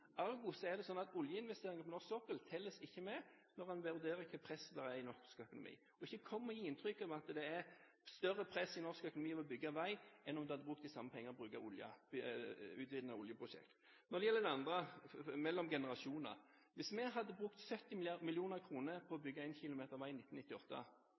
er det sånn at oljeinvesteringene på norsk sokkel ikke telles med når en vurderer hvilket press det er i norsk økonomi. Ikke kom og gi inntrykk av at det blir større press i norsk økonomi ved å bygge vei enn om du hadde brukt de samme pengene til prosjekt for å utvinne olje. Når det gjelder det andre, om generasjoner: Sett at vi hadde brukt 70 mill. kr på å bygge 1 km vei i 1998.